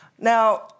Now